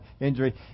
injury